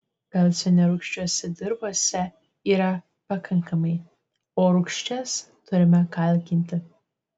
kalcio nerūgščiose dirvose yra pakankamai o rūgščias turime kalkinti